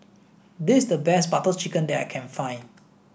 this is the best Butter Chicken that I can find